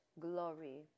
glory